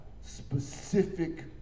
specific